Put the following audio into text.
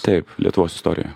taip lietuvos istorijoje